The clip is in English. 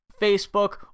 Facebook